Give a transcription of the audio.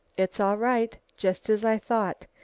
it's all right, just as i thought.